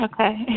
Okay